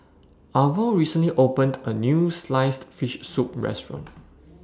Arvo recently opened A New Sliced Fish Soup Restaurant